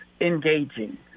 engaging